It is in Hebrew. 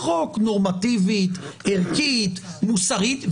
נורמטיבית, ערכית, מוסרית.